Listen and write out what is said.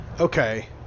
okay